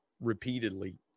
repeatedly